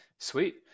Sweet